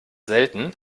selten